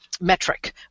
metric